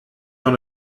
dans